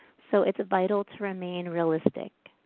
so it's vital to remain realistic.